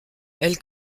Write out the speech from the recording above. elle